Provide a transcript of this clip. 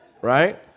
Right